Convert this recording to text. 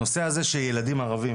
הנושא הזה שילדים ערבים,